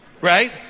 Right